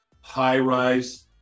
high-rise